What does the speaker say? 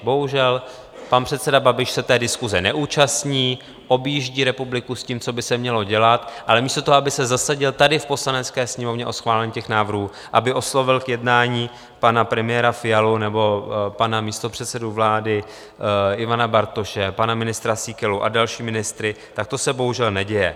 Bohužel, pan předseda Babiš se té diskuse neúčastní, objíždí republiku s tím, co by se mělo dělat, ale místo toho, aby se zasadil tady v Poslanecké sněmovně o schválení těch návrhů, aby oslovil k jednání pana premiéra Fialu nebo pana místopředsedu vlády Ivana Bartoše, pana ministra Síkelu a další ministry, tak to se bohužel neděje.